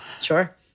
Sure